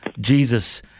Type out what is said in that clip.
Jesus